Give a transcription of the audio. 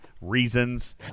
Reasons